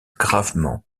gravement